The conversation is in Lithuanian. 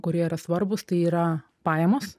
kurie yra svarbūs tai yra pajamos